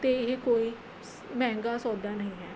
ਅਤੇ ਇਹ ਕੋਈ ਸ ਮਹਿੰਗਾ ਸੌਦਾ ਨਹੀਂ ਹੈ